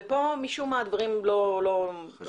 ופה, משום מה הדברים לא נעשו.